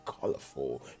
colorful